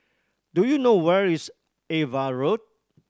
do you know where is Ava Road